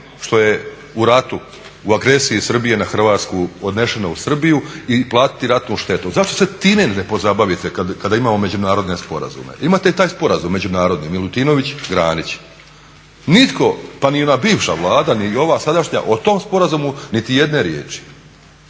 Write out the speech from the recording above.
što je u ratu, u agresiju Srbije na Hrvatsku odneseno u Srbiju i platiti ratnu štetu. Zašto se time ne pozabavite kada imamo međunarodne sporazume? Imate i taj sporazum međunarodni Milutinović-Granić. Nitko pa ni ona bivša Vlada ni ova sadašnja o tom sporazumu niti jedne riječi,